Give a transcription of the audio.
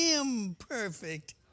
imperfect